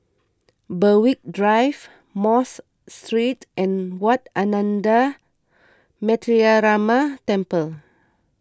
Berwick Drive Mosque Street and Wat Ananda Metyarama Temple